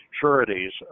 sureties